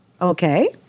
okay